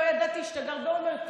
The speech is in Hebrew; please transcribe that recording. לא ידעתי שאתה גר בעומר.